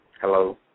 Hello